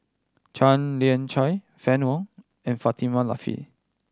Tan Lian Chye Fann Wong and Fatimah Lateef